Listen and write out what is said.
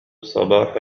صباح